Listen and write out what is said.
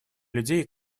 людей